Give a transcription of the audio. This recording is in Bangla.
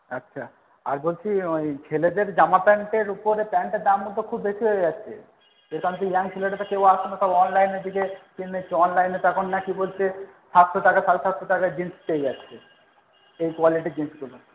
আচ্ছা আর বলছি ওই ছেলেদের জামা প্যান্টের উপরে প্যান্টের দামও তো খুব বেশি হয়ে যাচ্ছে যে ইয়ং ছেলেরা তো কেউ আসছে না সব অনলাইনের দিকে কিনে নিচ্ছে অনলাইনে তো এখন নাকি বলছে সাতশো টাকা সাড়ে সাতশো টাকায় জিনস পেয়ে যাচ্ছে এই কোয়ালিটির জিনসগুলো